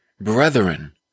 brethren